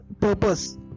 purpose